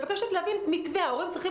הרבה מבתי